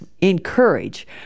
encourage